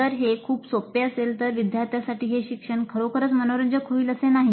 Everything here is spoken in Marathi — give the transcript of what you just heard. जर हे खूप सोपे असेल तर विद्यार्थ्यांसाठी हे शिक्षण खरोखरच मनोरंजक होईल असे नाही